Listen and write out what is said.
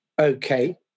Okay